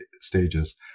stages